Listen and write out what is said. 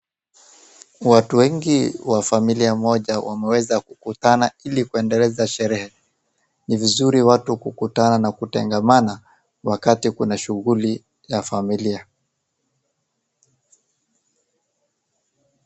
Watu wengi wa familia moja wameweza kukutana ili kuendeleza sherehe. Ni vizuri watu kukutana na kutengamana wakati kuna shughuli ya familia.